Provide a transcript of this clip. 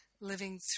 living